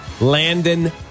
Landon